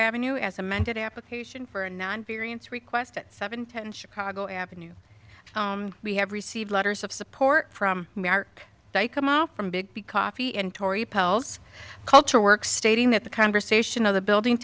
avenue as amended application for a non variance request at seven ten chicago avenue we have received letters of support from they come out from big coffee and tory pell's culture works stating that the conversation of the building